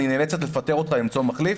אני נאלצת לפטר אותך ולמצוא מחליף'.